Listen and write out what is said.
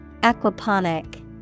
Aquaponic